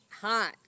hot